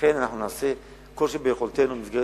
ולכן אנחנו נעשה כל שביכולתנו במסגרת